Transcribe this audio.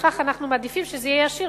לפיכך אנחנו מעדיפים שזה יהיה ישיר,